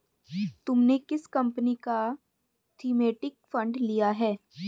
तुमने किस कंपनी का थीमेटिक फंड लिया है?